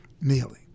kneeling